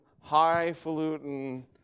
highfalutin